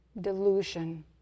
delusion